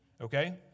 Okay